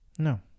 No